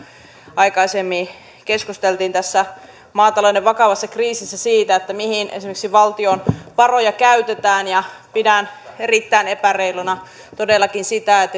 aikaisemmin keskusteltiin tässä maatalouden vakavassa kriisissä siitä mihin esimerkiksi valtion varoja käytetään pidän erittäin epäreiluna todellakin sitä että